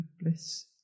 Bliss